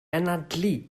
anadlu